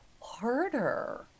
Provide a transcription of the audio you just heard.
harder